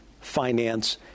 finance